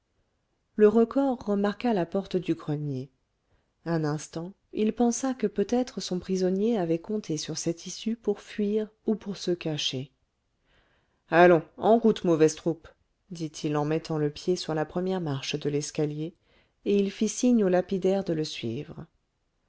le recors remarqua la porte du grenier un instant il pensa que peut-être son prisonnier avait compté sur cette issue pour fuir ou pour se cacher allons en route mauvaise troupe dit-il en mettant le pied sur la première marche de l'escalier et il fit signe au lapidaire de le suivre